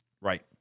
Right